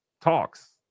talks